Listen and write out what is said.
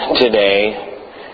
today